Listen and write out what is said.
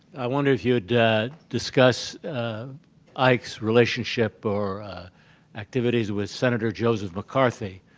i wonder if you would discuss ike's relationship or activities with senator joseph mccarthy,